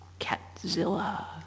Catzilla